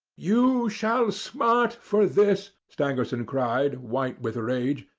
you shall smart for this! stangerson cried, white with rage.